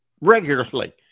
regularly